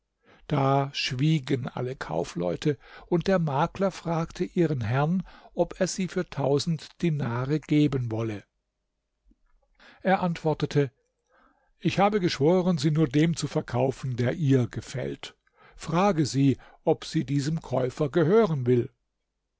da schwiegen alle kaufleute und der makler fragte ihren herrn ob er sie für tausend dinare geben wolle er antwortete ich habe geschworen sie nur dem zu verkaufen der ihr gefällt frage sie ob sie diesem käufer gehören will